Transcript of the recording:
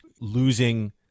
losing